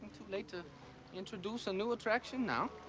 too late to introduce a new attraction now.